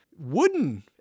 wooden